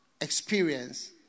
experience